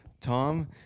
Tom